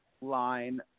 line